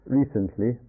recently